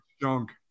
junk